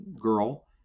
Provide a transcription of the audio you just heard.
girl